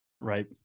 Right